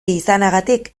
izanagatik